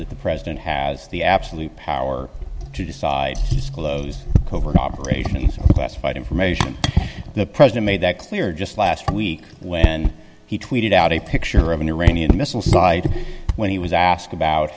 that the president has the absolute power to decide just close covert operations classified information the president made that clear just last week when he tweeted out a picture of an iranian missile site and when he was asked about